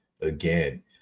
again